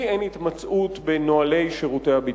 לי אין התמצאות בנוהלי שירותי הביטחון,